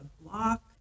block